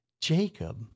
Jacob